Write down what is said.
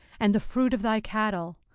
and the fruit of thy cattle,